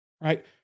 Right